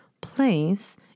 place